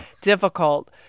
difficult